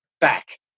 back